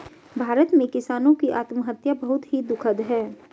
भारत में किसानों की आत्महत्या बहुत ही दुखद है